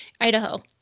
Idaho